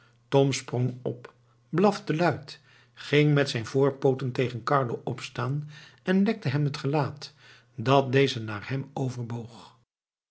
tom sprong op blafte luid ging met zijn voorpooten tegen carlo opstaan en lekte hem het gelaat dat deze naar hem overboog